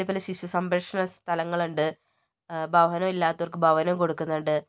ഇതേപോലെ ശിശു സംരക്ഷണ സ്ഥലങ്ങളുണ്ട് ഭവനം ഇല്ലാത്തവർക്ക് ഭവനം കൊടുക്കുന്നുണ്ട്